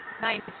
Nice